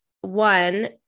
one